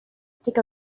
stick